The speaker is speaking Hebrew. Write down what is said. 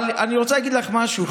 אבל אני רוצה להגיד לך משהו,